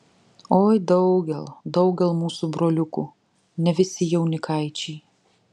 oi daugel daugel mūsų broliukų ne visi jaunikaičiai